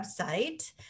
website